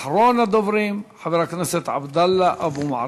אחרון הדוברים, חבר הכנסת עבאדללה אבו מערוף.